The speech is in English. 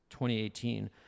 2018